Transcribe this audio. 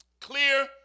clear